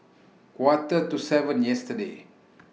Quarter to seven yesterday